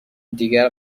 دیگر